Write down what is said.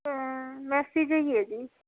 Messi ਜਿਹਾ ਹੀ ਹੈ ਜੀ